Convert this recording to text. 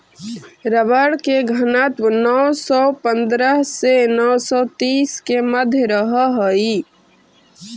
rubber के घनत्व नौ सौ पंद्रह से नौ सौ तीस के मध्य रहऽ हई